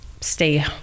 stay